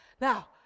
Now